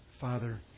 Father